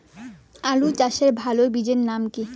আলু চাষের ভালো বীজের নাম কি?